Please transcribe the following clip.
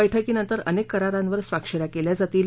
बैठकीनंतर अनेक करारांवर स्वाक्ष या केल्या जातील